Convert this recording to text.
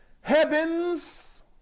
heavens